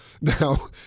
now